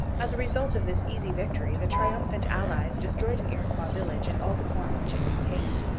as a result of this easy victory the triumphant allies destroyed an iroquois village and all the corn which it contained,